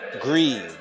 greed